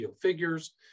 figures